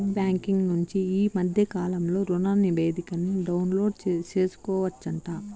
net banking నుంచి ఈ మద్దె కాలంలో రుణనివేదికని డౌన్లోడు సేసుకోవచ్చంట